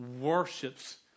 worships